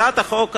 הצעת החוק הזאת,